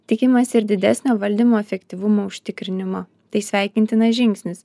tikimasi ir didesnio valdymo efektyvumo užtikrinimo tai sveikintinas žingsnis